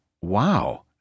wow